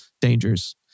dangers